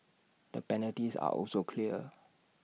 the penalties are also clear